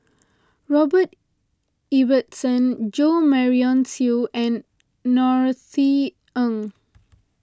Robert Ibbetson Jo Marion Seow and Norothy Ng